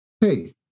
Hey